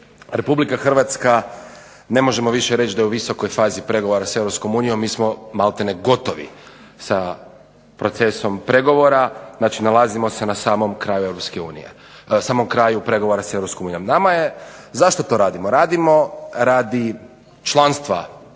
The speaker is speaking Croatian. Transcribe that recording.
Republike Hrvatska ne možemo više reći da je u visokoj fazi pregovora sa EU mi smo malte ne gotovi sa procesom pregovora, znači nalazimo se na samom kraju pregovora sa EU. Zašto to radimo? Radimo radi članstva naše